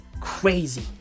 crazy